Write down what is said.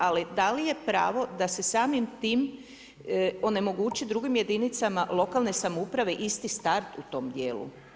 Ali, je pravo da se samim tim onemogući drugim jedinicama lokalne samouprave isti start u tom dijelu?